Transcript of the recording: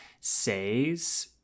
says